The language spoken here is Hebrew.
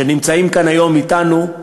שנמצאים כאן היום אתנו,